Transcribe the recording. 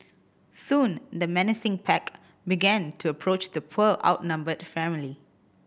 soon the menacing pack began to approach the poor outnumbered family